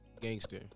gangster